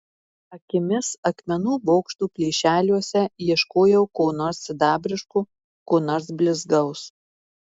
akimis akmenų bokštų plyšeliuose ieškojau ko nors sidabriško ko nors blizgaus